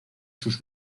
sus